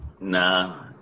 Nah